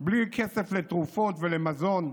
בלי כסף לתרופות ולמזון.